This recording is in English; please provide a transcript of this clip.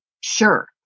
Sure